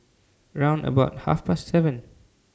round about Half Past seven